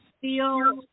feel